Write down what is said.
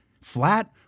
Flat